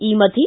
ಈ ಮಧ್ಯೆ